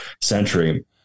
century